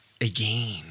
again